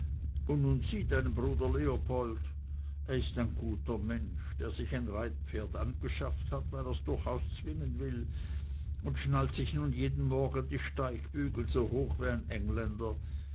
und nun sieh deinen bruder leopold er ist ein guter mensch der sich ein reitpferd angeschafft hat weil er's durchaus zwingen will und schnallt sich nun jeden morgen die steigbügel so hoch wie ein engländer